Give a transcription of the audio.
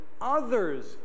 others